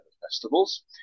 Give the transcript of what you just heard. festivals